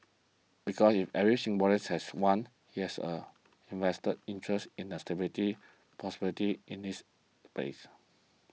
because if every Singaporeans has one he has a invested interest in the stability prosperity in this place